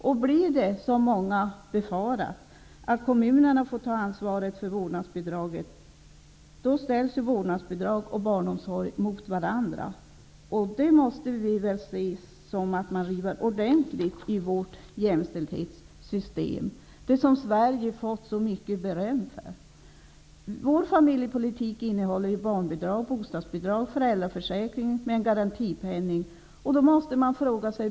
Om det blir som många befarar, dvs. att kommunerna får ta ansvar för vårdnadsbidraget, ställs vårdnadsbidraget och barnomsorgen mot varandra. Det måste betraktas som att stort ingrepp i vårt jämställdhetssystem -- det som Sverige har fått så mycket beröm för. Vår familjepolitik innehåller barnbidrag, bostadsbidrag och föräldraförsäkringen med en garantipenning.